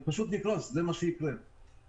מה שיקרה הוא שנקרוס.